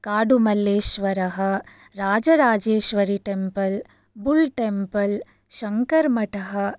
काडुमल्लेश्वरः Rajarajeshwari temple bull temple Shankar मठः